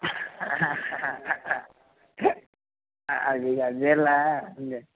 అది అదేంల ఉంది